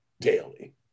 daily